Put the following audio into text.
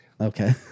Okay